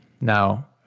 Now